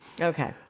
Okay